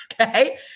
okay